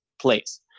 place